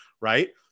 right